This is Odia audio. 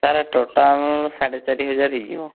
ସାର୍ ଟୋଟାଲ୍ ସାଢେ ଚାରି ହଜାର ହୋଇଯିବ